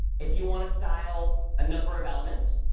if you want to style a number of elements,